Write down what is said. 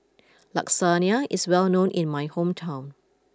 Lasagna is well known in my hometown